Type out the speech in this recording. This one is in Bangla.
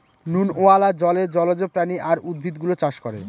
নুনওয়ালা জলে জলজ প্রাণী আর উদ্ভিদ গুলো চাষ করে